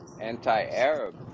anti-Arab